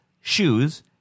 shoes